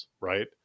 right